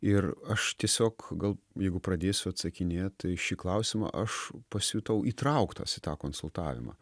ir aš tiesiog gal jeigu pradėsiu atsakinėt į šį klausimą aš pasijutau įtrauktas į tą konsultavimą